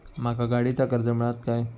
माका गाडीचा कर्ज मिळात काय?